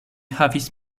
havis